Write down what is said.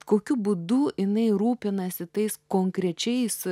kokiu būdu jinai rūpinasi tais konkrečiais